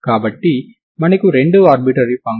కాబట్టి మొత్తం శక్తి K